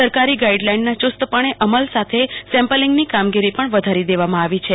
સરકારી ગાઈડલાઈનના ચુસ્તપણે અમલ સાથે સેંપલીંગની કામગીરી પણ વધારી દેવામ ાં આવી છે